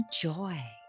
joy